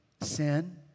sin